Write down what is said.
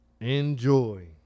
Enjoy